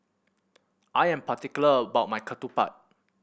I am particular about my ketupat